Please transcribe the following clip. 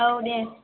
औ दे